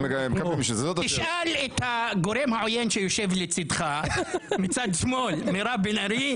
תשאל את הגורם העוין שיושב לצידך - מירב בן ארי,